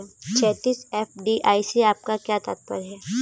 क्षैतिज, एफ.डी.आई से आपका क्या तात्पर्य है?